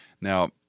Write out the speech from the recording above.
Now